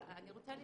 אני רוצה לשאול,